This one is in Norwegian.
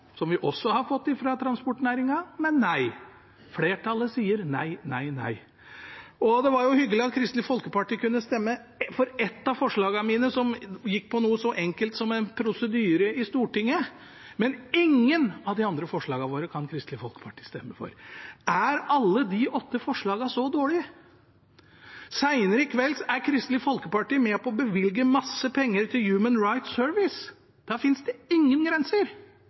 som vi også har fått fra transportnæringen – men nei, flertallet sier nei, nei, nei. Det var jo hyggelig at Kristelig Folkeparti kunne stemme for ett av forslagene mine som gikk på noe så enkelt som en prosedyre i Stortinget, men ingen av de andre forslagene våre kan Kristelig Folkeparti stemme for. Er alle de åtte forslagene så dårlige? Senere i kveld er Kristelig Folkeparti med på å bevilge masse penger til Human Rights Service. Da finnes det ingen grenser